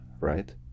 right